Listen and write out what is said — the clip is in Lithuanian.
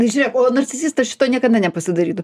tai žiūrėk o narcisistas šito niekada nepasidarytų